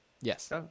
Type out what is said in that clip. Yes